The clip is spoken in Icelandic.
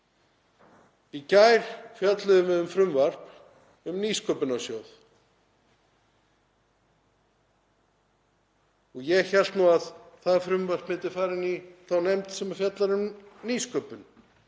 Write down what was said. Í gær fjölluðum við um frumvarp um Nýsköpunarsjóð og ég hélt að það frumvarp myndi fara inn í þá nefnd sem fjallar um nýsköpun.